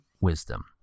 wisdom